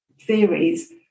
theories